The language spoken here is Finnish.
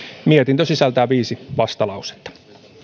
mietintö sisältää viisi vastalausetta